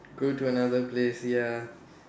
go to another place ya